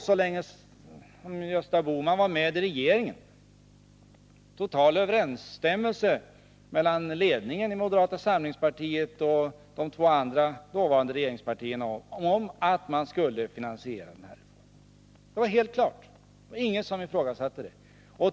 Så länge Gösta Bohman var med i regeringen rådde total Måndagen den enighet mellan ledningen i moderata samlingspartiet och de två andra 30 november 1981 regeringspartierna om att reformen skulle finansieras. Ingen ifrågasatte det.